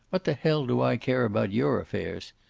what the hell do i care about your affairs?